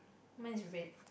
mine is red